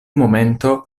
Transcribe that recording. momento